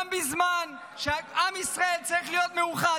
גם בזמן שעם ישראל צריך להיות מאוחד.